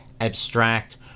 abstract